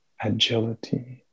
agility